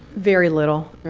very little.